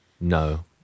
no